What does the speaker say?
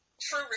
True